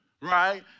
right